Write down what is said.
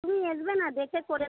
তুমি আসবে না দেখে করে